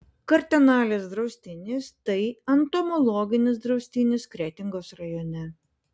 kartenalės draustinis tai entomologinis draustinis kretingos rajone